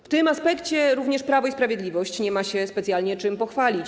W tym aspekcie również Prawo i Sprawiedliwość nie ma specjalnie czym się pochwalić.